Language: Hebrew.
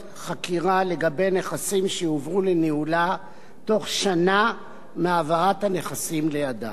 חקירה לגבי נכסים שהועברו לניהולה בתוך שנה מהעברת הנכסים לידיה,